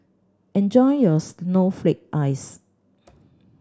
enjoy your snowflake ice